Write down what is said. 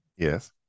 Yes